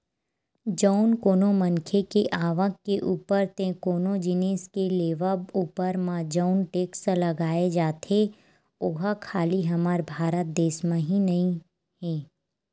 जउन कोनो मनखे के आवक के ऊपर ते कोनो जिनिस के लेवब ऊपर म जउन टेक्स लगाए जाथे ओहा खाली हमर भारत देस म ही नइ हे